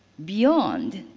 beyond,